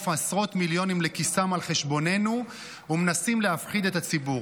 עשרות מיליונים לכיסם על חשבוננו ומנסים להפחיד את הציבור.